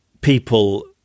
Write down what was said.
People